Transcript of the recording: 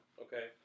Okay